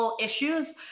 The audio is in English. issues